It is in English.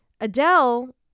Adele